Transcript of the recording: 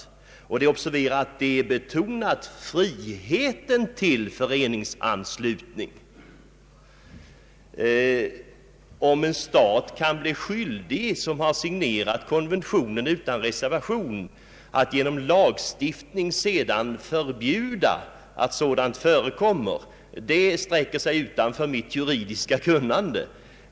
Observera att friheten till föreningsanslutning är betonad. Om en stat, som har signerat konventionen utan reservation, kan bli skyldig att genom lagstiftning sedan förbjuda brott mot konventionen, det sträcker sig utanför mitt juridiska kunnande.